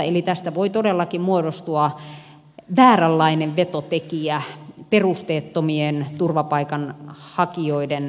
eli tästä voi todellakin muodostua vääränlainen vetotekijä perusteettomien turvapaikanhakijoiden kohdalla